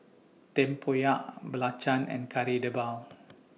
Tempoyak Belacan and Kari Debal